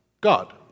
God